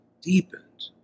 deepened